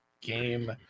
game